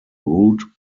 root